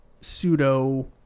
pseudo